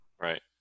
Right